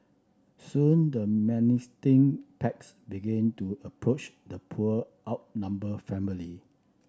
soon the packs begin to approach the poor outnumbered family